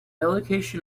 allocation